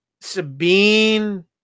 sabine